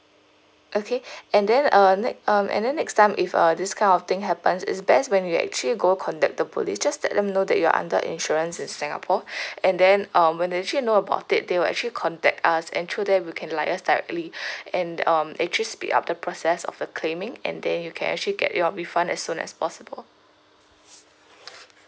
okay and then uh next um and then next time if uh this kind of thing happens is best when you actually go contact the police just let them know that you're under insurance in singapore and then um when they actually know about it they will actually contact us and through there we can liaise directly and um actually speed up the process of the claiming and then you can actually get your refund as soon as possible